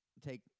take